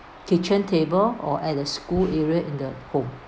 kitchen table or at the school area in the home